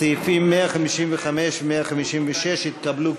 הסעיפים 155 156 התקבלו,